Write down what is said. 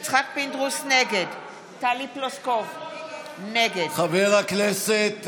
נגד איפה ראש הממשלה?